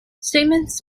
statements